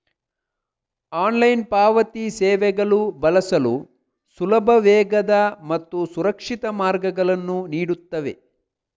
online ಪಾವತಿ ಸೇವೆಗಳು ಬಳಸಲು ಸುಲಭ, ವೇಗದ ಮತ್ತು ಸುರಕ್ಷಿತ ಮಾರ್ಗಗಳನ್ನು ನೀಡುತ್ತವೆ